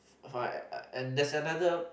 fine uh and that's another